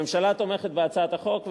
הממשלה תומכת בהצעת החוק,